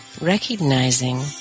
recognizing